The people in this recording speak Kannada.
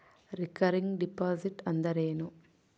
ರಿಕರಿಂಗ್ ಡಿಪಾಸಿಟ್ ಅಂದರೇನು?